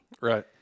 Right